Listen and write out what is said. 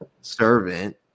servant